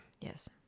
Yes